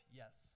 yes